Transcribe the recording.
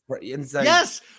Yes